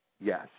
Yes